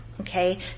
okay